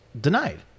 denied